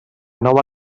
nova